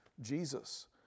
Jesus